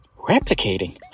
Replicating